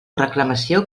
reclamació